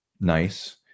nice